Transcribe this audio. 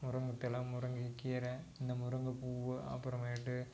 முருங்கைத் தழை முருங்கைக் கீரை இந்த முருங்கைப்பூ அப்புறமேட்டு